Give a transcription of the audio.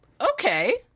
Okay